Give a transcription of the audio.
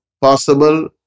possible